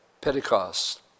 Pentecost